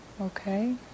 Okay